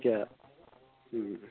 এতিয়া